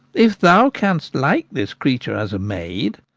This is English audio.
if thou canst like this creature as a maid,